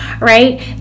right